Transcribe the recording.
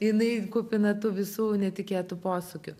jinai kupina tų visų netikėtų posūkių